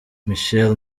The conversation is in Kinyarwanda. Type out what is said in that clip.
michelle